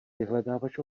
vyhledávač